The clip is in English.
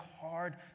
hard